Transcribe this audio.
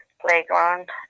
playground